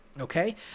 Okay